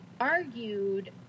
argued